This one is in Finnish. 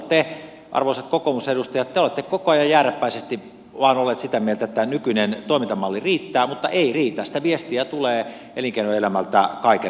te arvoisat kokoomusedustajat olette koko ajan jääräpäisesti vain olleet sitä mieltä että tämä nykyinen toimintamalli riittää mutta ei se riitä sitä viestiä tulee elinkeinoelämältä kaiken aikaa